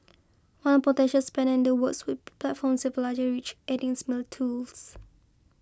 one potential spanner in the works platforms a larger reach adding similar tools